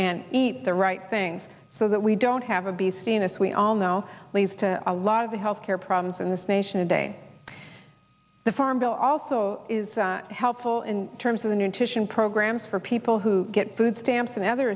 and eat the right things so that we don't have a be seen as we all know leads to a lot of the health care problems in this nation today the farm bill also is helpful in terms of the nutrition programs for people who get food stamps and other